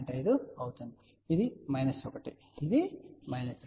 5 అవుతుంది ఇది 1 ఇది 2